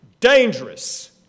Dangerous